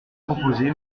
proposé